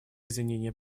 извинения